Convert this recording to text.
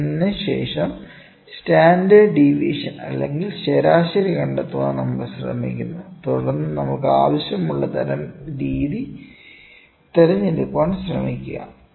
അതിനുശേഷം standard deviation അല്ലെങ്കിൽ ശരാശരി കണ്ടെത്താൻ നമ്മൾ ശ്രമിക്കുന്നു തുടർന്ന് നമുക്ക് ആവശ്യമുള്ള തരം രീതി തിരഞ്ഞെടുക്കാൻ ശ്രമിക്കുക